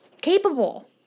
capable